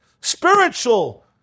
spiritual